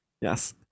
Yes